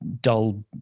dull